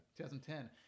2010